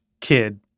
kid